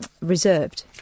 reserved